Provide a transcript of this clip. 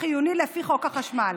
חיוני לפי חוק החשמל.